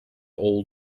all